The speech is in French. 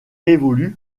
évolue